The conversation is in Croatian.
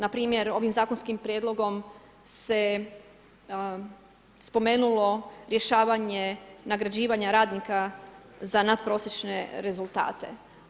Npr. ovim zakonskim prijedlogom se spomenulo rješavanje nagrađivanje radnika za natprosječne rezultate.